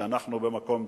שאנחנו "במקום דרוך".